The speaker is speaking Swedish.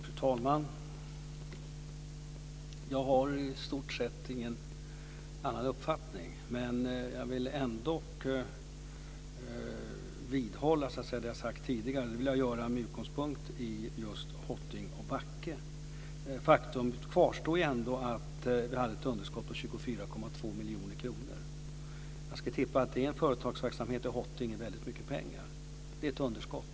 Fru talman! Jag har i stort sett ingen annan uppfattning, men jag vill ändå vidhålla det som jag har sagt tidigare. Det vill jag göra med utgångspunkt i just Hoting och Backe. Faktum kvarstår ändå att det handlar om ett underskott på 24,2 miljoner kronor. Jag skulle tippa att det i en företagsverksamhet i Hoting är väldigt mycket pengar. Det är ett underskott.